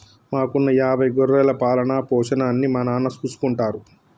మాకున్న యాభై గొర్రెల పాలన, పోషణ అన్నీ మా నాన్న చూసుకుంటారు